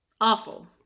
awful